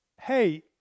hey